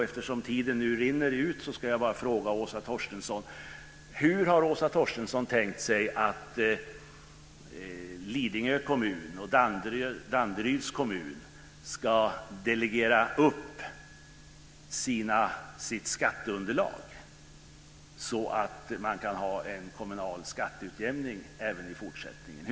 Eftersom min talartid nu rinner ut ska jag bara fråga Åsa Torstensson: Hur har Åsa Torstensson tänkt sig att Lidingö kommun och Danderyds kommun ska delegera upp sitt skatteunderlag så att man kan ha en kommunal skatteutjämning även i fortsättningen?